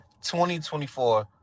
2024